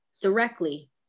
directly